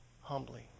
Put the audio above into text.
humbly